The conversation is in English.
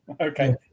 Okay